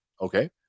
Okay